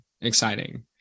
exciting